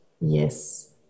Yes